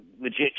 legit